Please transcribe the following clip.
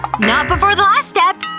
not before the last step!